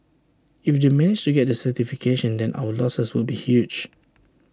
if they managed to get the certification then our losses would be huge